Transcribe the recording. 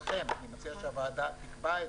ואני מציע שהוועדה הזו תקבע את